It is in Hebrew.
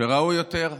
שראוי יותר?